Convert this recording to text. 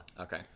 Okay